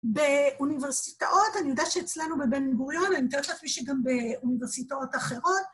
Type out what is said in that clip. באוניברסיטאות, אני יודעת שאצלנו בבן גוריון, אני מתארת לעצמי שגם באוניברסיטאות אחרות.